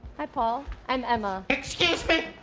hi paul. i'm emma. excuse me.